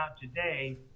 today